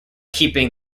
keeping